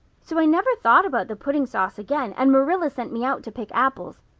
so i never thought about the pudding sauce again and marilla sent me out to pick apples.